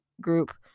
group